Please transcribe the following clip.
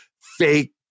fake